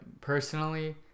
personally